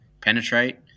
penetrate